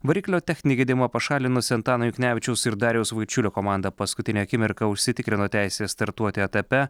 variklio techninį gedimą pašalinusi antano juknevičiaus ir dariaus vaičiulio komanda paskutinę akimirką užsitikrino teisę startuoti etape